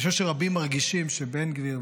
אני חושב שרבים מרגישים שבן גביר,